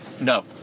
no